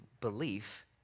belief